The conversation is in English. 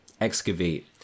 excavate